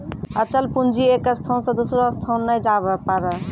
अचल पूंजी एक स्थान से दोसरो स्थान नै जाबै पारै